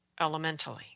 elementally